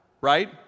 right